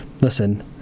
listen